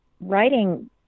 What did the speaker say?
Writing